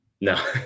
No